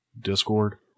Discord